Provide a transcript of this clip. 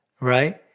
right